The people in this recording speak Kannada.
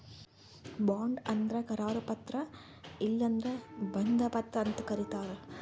ಬಾಂಡ್ ಅಂದ್ರ ಕರಾರು ಪತ್ರ ಇಲ್ಲಂದ್ರ ಬಂಧ ಪತ್ರ ಅಂತ್ ಕರಿತಾರ್